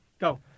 Go